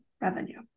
revenue